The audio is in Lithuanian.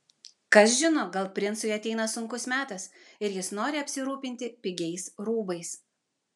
kas žino gal princui ateina sunkus metas ir jis nori apsirūpinti pigiais rūbais